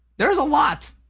there's a lot.